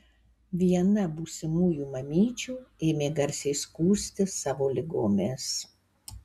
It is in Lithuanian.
viena būsimųjų mamyčių ėmė garsiai skųstis savo ligomis